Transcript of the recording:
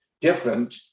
different